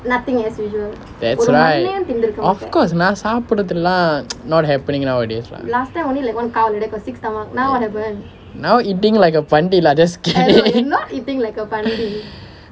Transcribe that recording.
that's right of course நான் சாப்பிடுறது எல்லாம்:naan sappidurathu ellaam not happening nowadays lah now eating like a பண்ணி:panni lah just skip